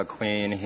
Queen